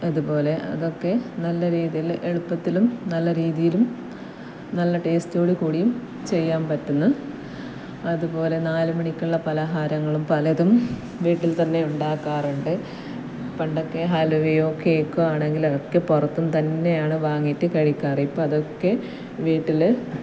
അതുപോലെ അതൊക്കെ നല്ല രീതിയിൽ എളുപ്പത്തിലും നല്ല രീതിയിലും നല്ല ടേസ്റ്റോടു കൂടിയും ചെയ്യാൻ പറ്റുന്നു അതുപോലെ നാലു മണിക്കുള്ള പലഹാരങ്ങളും പലതും വീട്ടിൽ തന്നെ ഉണ്ടാക്കാറുണ്ട് പണ്ടൊക്കെ ഹലുവയോ കേക്കോ ആണെങ്കിൽ അതൊക്കെ പുറത്തുനിന്ന് തന്നെയാണ് വാങ്ങിയിട്ട് കഴിക്കാറ് ഇപ്പോൾ അതൊക്കെ വീട്ടിൽ